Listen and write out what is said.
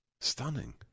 Stunning